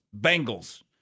Bengals